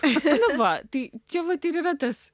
nu va tai čia vat ir yra tas